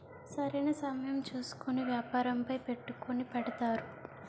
సరైన సమయం చూసుకొని వ్యాపారంపై పెట్టుకుని పెడతారు